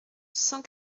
cent